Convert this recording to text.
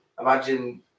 imagine